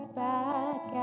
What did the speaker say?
back